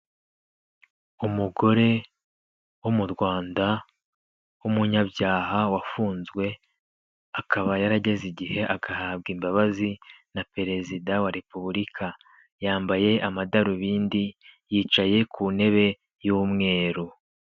Umugore wo mu Rwanda w'umunyabyaha wafunzwe, akaba yarageze igihe agahabwa imbabazi na Perezida wa repubulika. Yambaye amadarubindi, yicaye ku ntebe y'umweru.